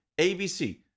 ABC